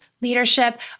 leadership